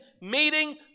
meeting